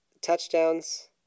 touchdowns